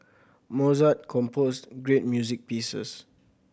Mozart composed great music pieces